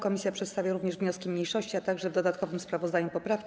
Komisja przedstawia również wnioski mniejszości, a także w dodatkowym sprawozdaniu poprawki.